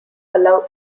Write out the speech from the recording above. allow